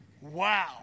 Wow